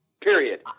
Period